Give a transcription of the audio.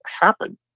happen